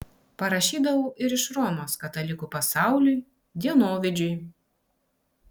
parašydavau ir iš romos katalikų pasauliui dienovidžiui